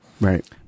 Right